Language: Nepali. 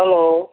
हेलो